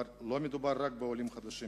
אבל לא מדובר רק בעולים חדשים,